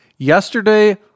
Yesterday